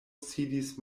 sidis